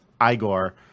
Igor